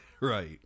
Right